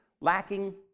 lacking